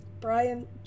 Brian